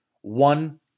One